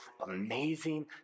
amazing